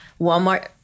Walmart